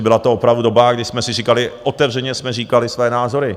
Byla to opravdu doba, kdy jsme si říkali, otevřeně jsme říkali své názory.